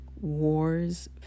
wars